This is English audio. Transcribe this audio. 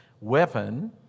weapon